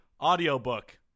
audiobook